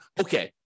okay